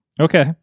Okay